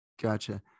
Gotcha